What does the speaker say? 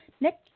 Nick